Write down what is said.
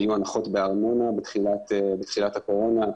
היו הנחות בארנונה בתחילת הקורונה,